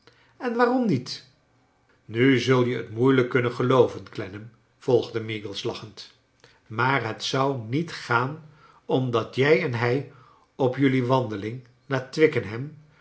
en waarom niet nu zul je t moeilijk kunnen gelooven clennam vervolgde meagles lachend maar het zou niet gaan omdat jij en hij op jullie wandeling naar twickenham